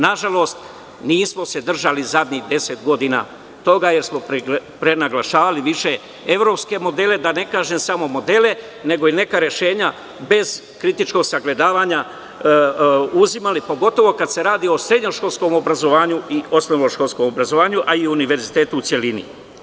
Nažalost nismo se držali zadnjih deset godina toga, jer smo prenaglašavali više evropske modele, da ne kažem samo modele, nego i neka rešenja bez kritičkog sagledavanja uzimali pogotovo kada se radi o srednjoškolskom obrazovanju i osnovnom školskom obrazovanju, a i o univerzitetu u celini.